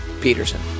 Peterson